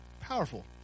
Powerful